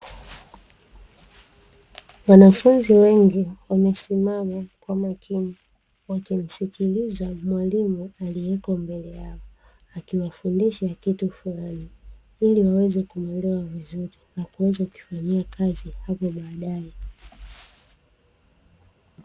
Wanafunzi wengi wamesimama kwa makini wakimsikiliza mwalimu aliyeko mbele yao, akiwafundisha kitu fulani ili waweze kumuelewa vizuri na kuweza kukifanyia kazi hapo baadaye.